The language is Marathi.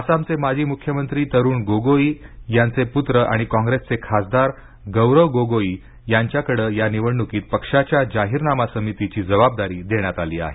आसामचे माजी मुख्यमंत्री तरुण गोगोई यांचे पुत्र आणि कॉंग्रेसचे खासदार गौरव गोगोई यांच्याकडं या निवडणुकीत पक्षाच्या जाहीरनामा समितीची जबाबदारी देण्यात आली आहे